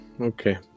Okay